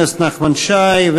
חבר הכנסת נחמן שי,